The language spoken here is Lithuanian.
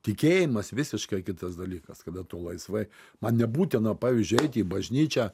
tikėjimas visiškai kitas dalykas kada tu laisvai man nebūtina pavyzdžiui eit į bažnyčią